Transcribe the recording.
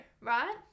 right